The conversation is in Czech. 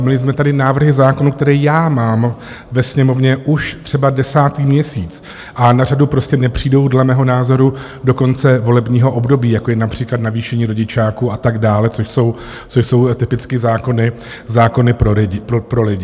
Měli jsme tady návrhy zákonů, které já mám ve Sněmovně už třeba desátý měsíc a na řadu prostě nepřijdou dle mého názoru do konce volebního období, jako je například navýšení rodičáku a tak dále, což jsou typicky zákony pro lidi.